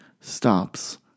stops